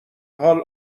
حاال